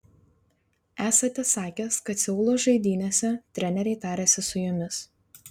esate sakęs kad seulo žaidynėse treneriai tarėsi su jumis